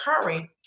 occurring